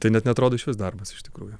tai net neatrodo išvis darbas iš tikrųjų